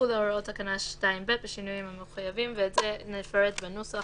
יחולו הוראות תקנה 2ב בשינויים המחוייבים." את זה נפרט בנוסח,